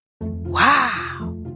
Wow